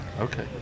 Okay